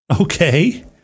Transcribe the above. Okay